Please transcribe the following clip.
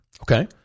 Okay